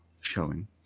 showing